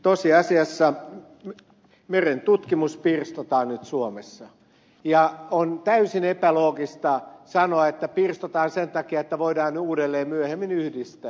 tosiasiassa merentutkimus pirstotaan nyt suomessa ja on täysin epäloogista sanoa että pirstotaan sen takia että voidaan uudelleen myöhemmin yhdistää